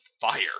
fire